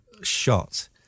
shot